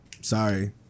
Sorry